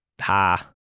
Ha